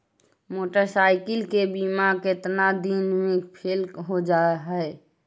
Motorcycle के बिमा केतना दिन मे फेल हो जा है?